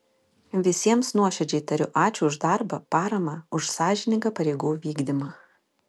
visiems nuoširdžiai tariu ačiū už darbą paramą už sąžiningą pareigų vykdymą